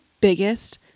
biggest